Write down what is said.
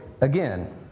again